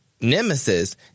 nemesis